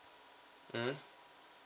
mm